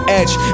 edge